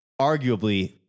arguably